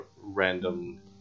random